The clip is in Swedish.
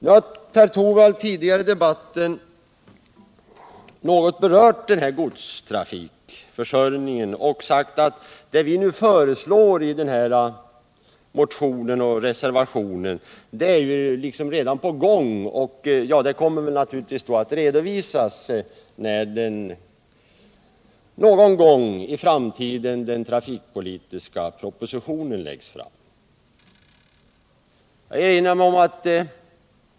Rune Torwald har tidigare i debatten något berört godstrafikförsörjningen och sagt att det vi nu föreslår i motionen och reservationen 3 redan är på gång. Det kommer att redovisas när den trafikpolitiska propositionen någon gång i framtiden läggs fram.